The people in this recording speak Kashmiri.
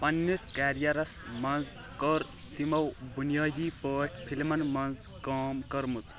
پننِس کیریرس منٛز کوٚر تِمو بنیٲدی پٲٹھۍ فلمن منٛز کٲم کٔرمٕژ